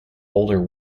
older